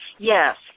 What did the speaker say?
Yes